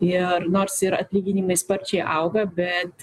ir nors ir atlyginimai sparčiai auga bet